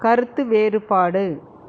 கருத்து வேறுபாடு